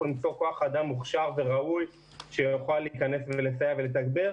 למצוא כוח אדם מוכשר וראוי שיוכל להיכנס ולסייע ולתגבר.